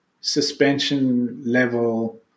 suspension-level